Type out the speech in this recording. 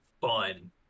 fun